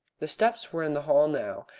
the steps were in the hall now,